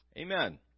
Amen